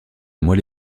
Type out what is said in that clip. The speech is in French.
moelle